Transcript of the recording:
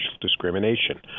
discrimination